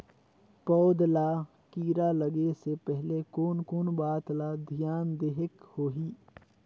पौध ला कीरा लगे से पहले कोन कोन बात ला धियान देहेक होही?